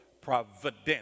providence